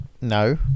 no